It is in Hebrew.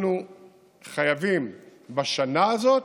אנחנו חייבים בשנה הזאת